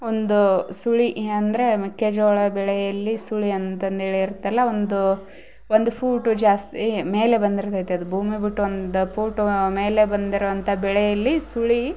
ಒಂದು ಸುಳಿ ಅಂದರೆ ಮೆಕ್ಕೆಜೋಳ ಬೆಳೆಯಲ್ಲಿ ಸುಳಿ ಅಂತಂದೇಳಿ ಇರತ್ತಲ್ಲ ಒಂದು ಒಂದು ಫೂಟು ಜಾಸ್ತಿ ಮೇಲೆ ಬಂದರೆ ಸಹಿತ ಅದು ಭೂಮಿ ಬಿಟ್ಟು ಒಂದು ಪೋಟುವ ಮೇಲೆ ಬಂದಿರುವಂಥ ಬೆಳೆಯಲ್ಲಿ ಸುಳಿ